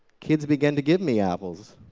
kids began to give me apples.